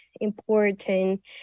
important